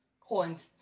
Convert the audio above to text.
coins